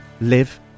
live